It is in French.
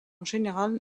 général